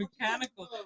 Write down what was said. mechanical